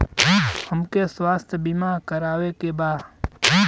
हमके स्वास्थ्य बीमा करावे के बा?